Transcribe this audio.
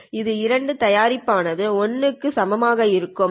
இந்த இரண்டின் தயாரிப்பு ஆனது 1 க்கு சமமாக இருக்கும் சரி